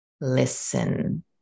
listen